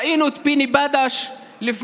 ראינו את פיני בדש לפני,